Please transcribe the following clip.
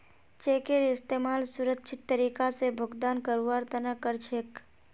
चेकेर इस्तमाल सुरक्षित तरीका स भुगतान करवार तने कर छेक